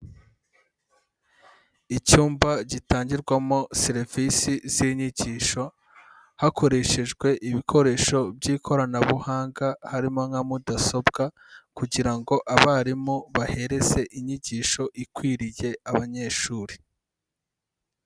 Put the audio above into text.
Icyumba gitangirwamo serivisi z'inyigisho, hakoreshejwe ibikoresho by'ikoranabuhanga, harimo nka mudasobwa kugira ngo abarimu bahereze inyigisho ikwiriye abanyeshuri.